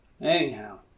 Anyhow